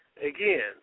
Again